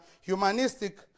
humanistic